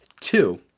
two